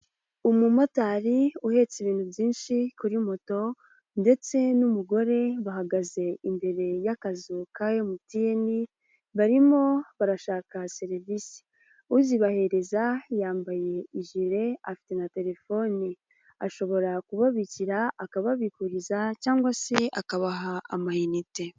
Umumotari uhetse ibintu byinshi kuri moto ndetse n'umugore bahagaze imbere y'akazu, ka MTN, barimo barashaka serivisi, uzibahereza yambaye ijire afite na telefoni, ashobora kubabikira, akababiguriza cyangwa se akabaha amayinite.